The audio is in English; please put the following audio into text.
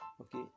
Okay